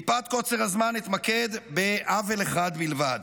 מפאת קוצר הזמן אתמקד בעוול אחד בלבד.